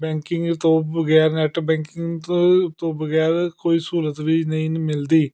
banking ਤੋਂ ਬਗੈਰ net banking ਤੋਂ ਬਗੈਰ ਕੋਈ ਸਹੂਲਤ ਵੀ ਨਹੀਂ ਮਿਲਦੀ